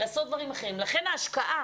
לכן ההשקעה